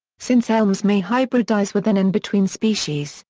since elms may hybridize within and between species,